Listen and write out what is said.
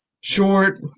short